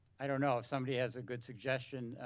i don't know if somebody has a good suggestion.